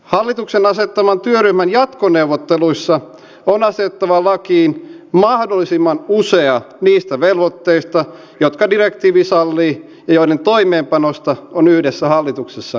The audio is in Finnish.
hallituksen asettaman työryhmän jatkoneuvotteluissa on asetettava lakiin mahdollisimman usea niistä velvoitteista jotka direktiivi sallii ja joiden toimeenpanosta on yhdessä hallituksessa sovittu